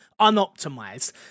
unoptimized